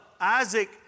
Isaac